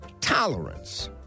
tolerance